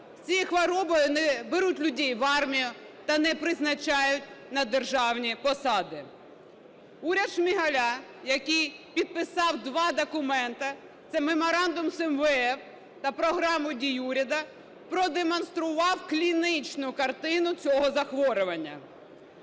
цією хворобою не беруть людей в армію та не призначають на державні посади. Уряд Шмигаля, який підписав два документи, це меморандум з МВФ та програму дій уряду, продемонстрував клінічну картину цього захворювання,